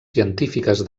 científiques